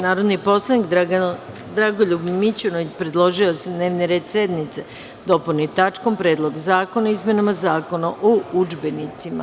Narodni poslanik Dragoljub Mićunović predložio je da se dnevni red senice dopuni tačkom - Predlog zakona o izmenama Zakona o udžbenicima.